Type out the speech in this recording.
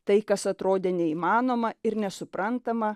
tai kas atrodė neįmanoma ir nesuprantama